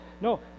no